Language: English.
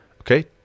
Okay